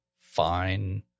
fine